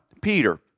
Peter